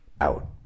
out